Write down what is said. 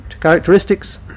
characteristics